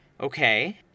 okay